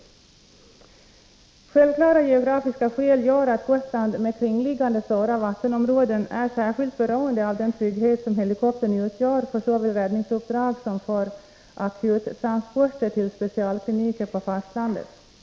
Tisdagen den Självklara geografiska skäl gör att Gotland med kringliggande stora 8november 1983 vattenområden är särskilt beroende av den trygghet som helikoptern utgör för såväl räddningsuppdrag som för akuttransporter till specialkliniker på — Om stimulans till fastlandet.